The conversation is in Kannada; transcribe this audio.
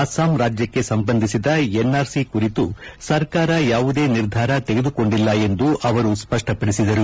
ಅಸ್ಲಾಂ ರಾಜ್ಯಕ್ಷೆ ಸಂಬಂಧಿಸಿದ ಎನ್ಆರ್ಸಿ ಕುರಿತು ಸರ್ಕಾರ ಯಾವುದೇ ನಿರ್ಧಾರ ತೆಗೆದುಕೊಂಡಿಲ್ಲ ಎಂದು ಅವರು ಸ್ಪಷ್ಟಪಡಿಸಿದರು